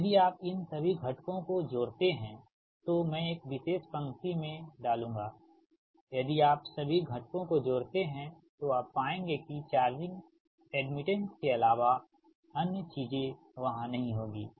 अब यदि आप इन सभी घटकों को जोड़ते हैं तो मैं एक विशेष पंक्ति में डालूंगा यदि आप सभी घटकों को जोड़ते हैं तो आप पाएंगे कि चार्जिंग एड्मिटेंस के अलावा अन्य चीज वहाँ नहीं होगी